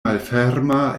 malferma